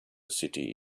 city